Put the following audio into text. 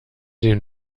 den